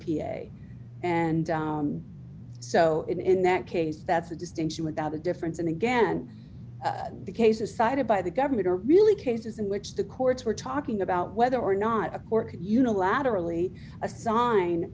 v and so in that case that's a distinction without a difference and again the cases cited by the government are really cases in which the courts were talking about whether or not a court could unilaterally assign